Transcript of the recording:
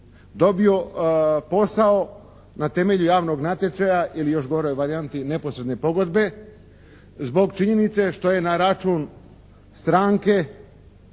dobio posao na temelju javnoga natječaja ili u još goroj varijanti neposredne pogodbe zbog činjenice što je na račun stranke